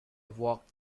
walked